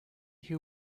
who